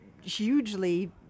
hugely